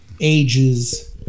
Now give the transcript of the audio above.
ages